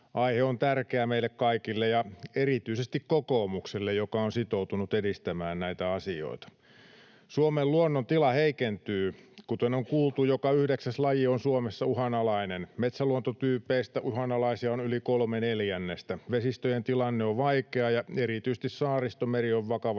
Aihe on tärkeä meille kaikille ja erityisesti kokoomukselle, joka on sitoutunut edistämään näitä asioita. Suomen luonnon tila heikentyy. Kuten on kuultu, joka yhdeksäs laji on Suomessa uhanalainen. Metsäluontotyypeistä uhanalaisia on yli kolme neljännestä. Vesistöjen tilanne on vaikea, ja erityisesti Saaristomeri on vakavasti